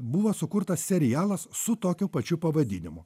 buvo sukurtas serialas su tokiu pačiu pavadinimu